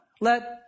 Let